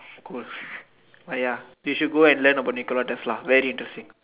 cool ah ya you should go and learn about Nicola Tesla very interesting